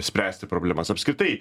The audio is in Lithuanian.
spręsti problemas apskritai